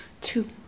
Two